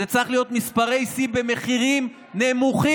זה צריך להיות מספר שיא במחירים נמוכים.